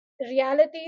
reality